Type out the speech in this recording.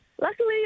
Luckily